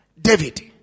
David